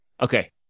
Okay